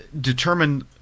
determine